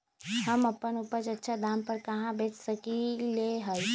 हम अपन उपज अच्छा दाम पर कहाँ बेच सकीले ह?